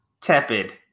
tepid